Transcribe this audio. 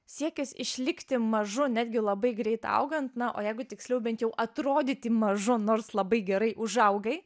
siekis išlikti mažu netgi labai greit augant na o jeigu tiksliau bent jau atrodyti mažu nors labai gerai užaugai